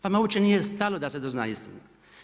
Vama uopće nije stalo da se dozna istina.